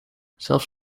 zelfs